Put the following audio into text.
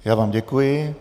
Já vám děkuji.